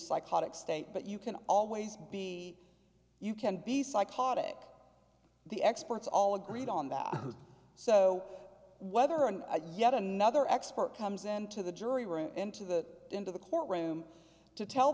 psychotic state but you can always be you can be psychotic the experts all agreed on that so whether and yet another expert comes into the jury room into the into the courtroom to tell